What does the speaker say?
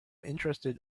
interested